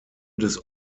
des